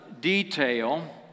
detail